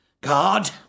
God